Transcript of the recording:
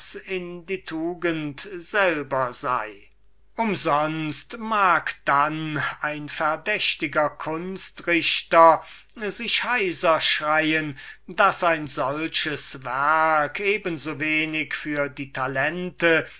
in die tugend selber sei umsonst mag dann ein verdächtiger kunstrichter sich heiser schreien daß ein solches werk eben so wenig für die talente